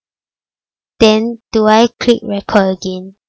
then do I click record again